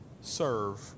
serve